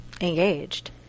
engaged